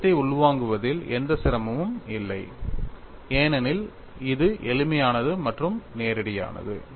கணிதத்தை உள்வாங்குவதில் எந்த சிரமமும் இல்லை ஏனெனில் இது எளிமையானது மற்றும் நேரடியானது